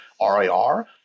rir